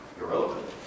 irrelevant